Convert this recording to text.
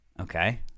Okay